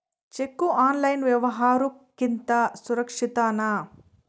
Cheque online ವ್ಯವಹಾರುಕ್ಕಿಂತ ಸುರಕ್ಷಿತನಾ?